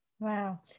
Wow